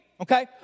okay